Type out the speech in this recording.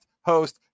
host